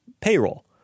payroll